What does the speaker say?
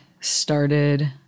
started